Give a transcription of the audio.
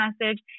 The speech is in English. message